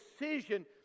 decision